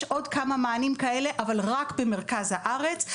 יש עוד כמה מענים כאלה אבל רק במרכז הארץ.